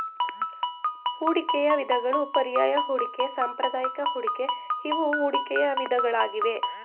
ಹೂಡಿಕೆಯ ವಿಧಗಳು ಪರ್ಯಾಯ ಹೂಡಿಕೆ, ಸಾಂಪ್ರದಾಯಿಕ ಹೂಡಿಕೆ ಇವು ಹೂಡಿಕೆಯ ವಿಧಗಳಾಗಿವೆ